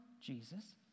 Jesus